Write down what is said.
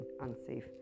unsafe